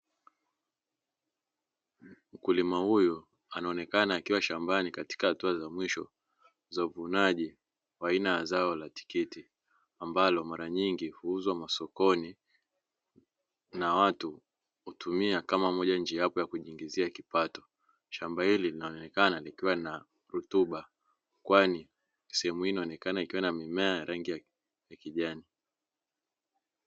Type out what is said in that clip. Mkulima huyu anaonekana akiwa shambani katika hatua za mwisho za uvunaji wa aina ya la tikiti, ambalo mara nyingi huuzwa masokoni na watu hutumia kama moja njia apo ya kujiingizia kipato. Shamba hili linaonekana likiwa na rutuba, kwani sehemu hii inaonekana ikiwa na mimea ya rangi ya kijani.